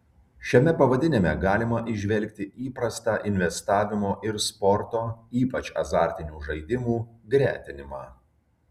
šiame pavadinime galima įžvelgti įprastą investavimo ir sporto ypač azartinių žaidimų gretinimą